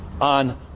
on